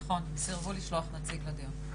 נכון, הם סירבו לשלוח נציג לדיון.